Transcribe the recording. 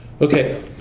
Okay